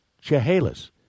Chehalis